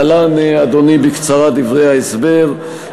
להלן, אדוני, בקצרה דברי ההסבר.